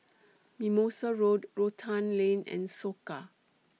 Mimosa Road Rotan Lane and Soka